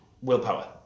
willpower